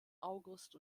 august